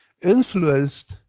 influenced